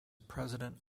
president